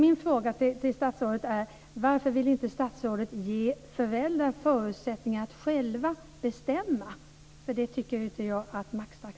Det tycker jag inte att man gör med maxtaxan. Tack!